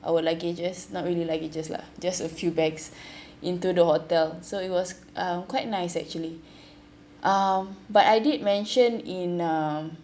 our luggages not really languages lah just a few bags into the hotel so it was uh quite nice actually um but I did mention in uh